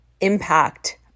impact